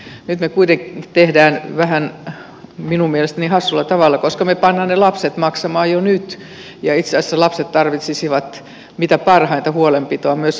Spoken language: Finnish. nyt me kuitenkin teemme minun mielestäni vähän hassulla tavalla koska me panemme ne lapset maksamaan jo nyt ja itse asiassa lapset tarvitsisivat mitä parhainta huolenpitoa myös lapsilisän muodossa